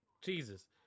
Jesus